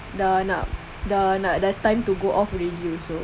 dah nak dah nak dah time to go off already also